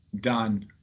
done